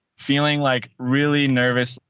feeling like really nervous,